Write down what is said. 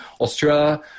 Australia